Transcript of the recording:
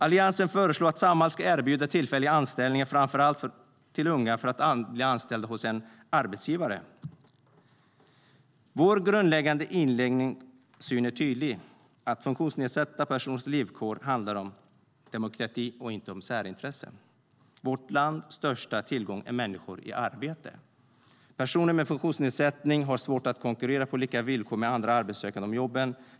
Alliansen föreslår att Samhall ska erbjuda tillfälliga anställningar, framför allt till unga, för att man ska kunna bli anställd hos en annan arbetsgivare. Vår ingång och grundläggande syn är tydlig: Funktionsnedsatta personers livsvillkor handlar om demokrati, och inte om särintressen. Vårt lands största tillgång är människor i arbete. Personer med funktionsnedsättning har svårt att konkurrera på lika villkor med andra arbetssökande om jobben.